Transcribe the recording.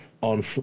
on